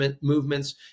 movements